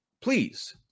please